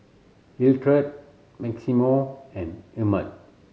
Hilliard Maximo and Emett